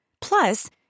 Plus